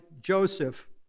Joseph